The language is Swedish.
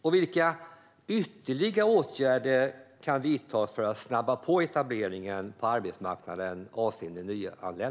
Och vilka ytterligare åtgärder kan vidtas för att snabba på nyanländas etablering på arbetsmarknaden?